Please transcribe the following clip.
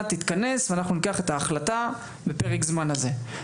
תתכנס ואנחנו ניקח את ההחלטה בפרק הזמן הזה.